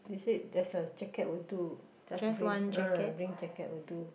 they said there's a jacket will do just bring uh bring jacket will do